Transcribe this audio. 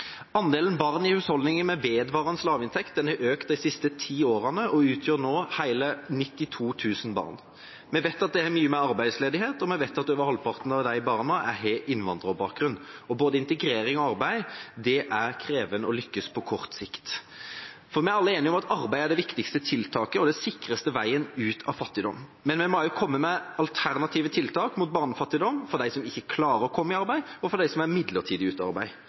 Andelen barn i husholdninger med vedvarende lav inntekt har økt de siste ti årene og utgjør nå hele 92 000 barn. Vi vet at det er mye mer arbeidsledighet, og vi vet at over halvparten av disse barna har innvandrerbakgrunn. Både integrering og arbeid er det krevende å lykkes med på kort sikt. Vi er alle enige om at arbeid er det viktigste tiltaket og den sikreste veien ut av fattigdom. Men vi må også komme med alternative tiltak mot barnefattigdom for dem som ikke klarer å komme i arbeid, og for dem som er midlertidig